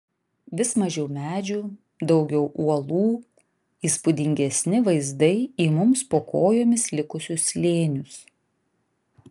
vis mažiau medžių daugiau uolų įspūdingesni vaizdai į mums po kojomis likusius slėnius